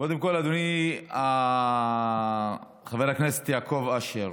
קודם כול, אדוני חבר הכנסת יעקב אשר,